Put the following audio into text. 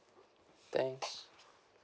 thanks